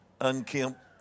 unkempt